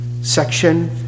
section